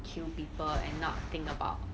kill people and not think about